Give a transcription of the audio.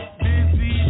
busy